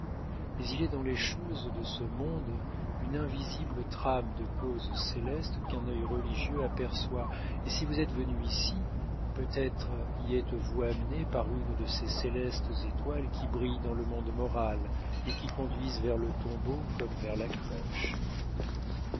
mais il est dans les choses de ce monde une invisible trame de causes célestes qu'un œil religieux aperçoit et si vous êtes venu ici peut-être y êtes-vous amené par une de ces célestes étoiles qui brillent dans le monde moral et qui conduisent vers le tombeau comme vers la crèche